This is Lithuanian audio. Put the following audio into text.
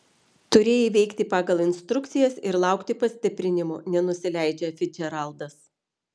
turėjai veikti pagal instrukcijas ir laukti pastiprinimo nenusileidžia ficdžeraldas